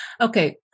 Okay